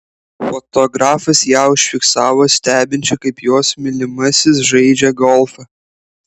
fotografas ją užfiksavo stebinčią kaip jos mylimasis žaidžią golfą